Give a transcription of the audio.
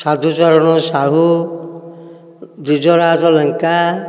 Sadhucharan Sahu Durjyanath Lenka